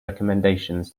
recommendations